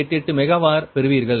88 megawatt பெறுவீர்கள்